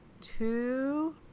two